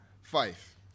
five